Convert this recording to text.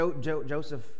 Joseph